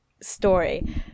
story